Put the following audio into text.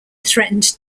threatened